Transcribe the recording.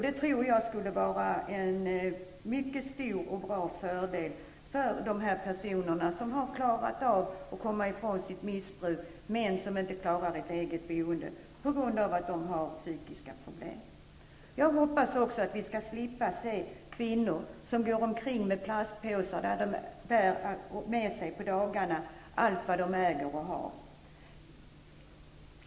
Det tror jag skulle vara mycket bra för de personer som har klarat av att komma ifrån sitt missbruk men som inte klarar av ett eget boende på grund av att de har psykiska problem. Jag hoppas också att vi skall slippa se kvinnor som går omkring med plastpåsar där de förvarar allt som de äger och har.